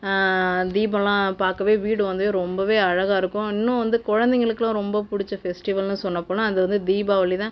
தீபலாம் பார்க்கவே வீடு வந்து ரொம்பவே அழகாக இருக்கும் இன்னும் வந்து குழந்தைங்ஙளுக்கும் ரொம்பவே பிடுச்ச ஃபெஸ்ட்டிவல்னு சொல்ல போனால் அது வந்து தீபாவளிதான்